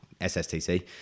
SSTC